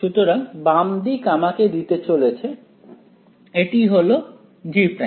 সুতরাংবাম দিক আমাকে দিতে চলেছে এটি হল G'